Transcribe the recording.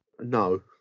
No